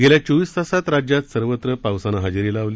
गेल्या चोविस तासात राज्यात सर्वत्र पावसानी हजेरी लावली